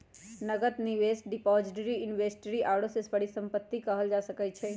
नकद, निवेश, depository, inventory आउरो के परिसंपत्ति कहल जा सकइ छइ